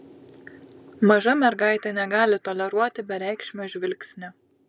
maža mergaitė negali toleruoti bereikšmio žvilgsnio